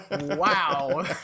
Wow